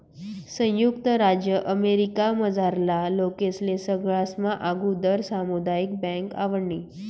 संयुक्त राज्य अमेरिकामझारला लोकेस्ले सगळास्मा आगुदर सामुदायिक बँक आवडनी